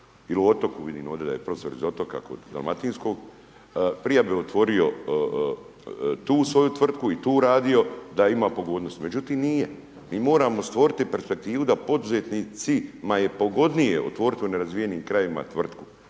il u Otoku, vidim ode da je profesor iz Otoka kod dalmatinskog, prije bi otvorio tu svoju tvrtku i tu radio da je ima pogodnosti. Međutim, nije, mi moramo stvoriti perspektivu da poduzetnicima je pogodnije otvorit u nerazvijenim krajevima tvrtku,